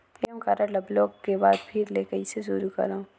ATM card ल block के बाद फिर ले कइसे शुरू करव?